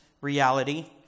reality